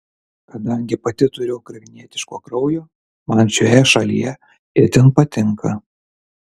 kadangi pati turiu ukrainietiško kraujo man šioje šalyje itin patinka